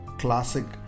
classic